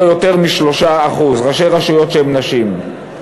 לא יותר מ-3% ראשי רשויות שהן נשים.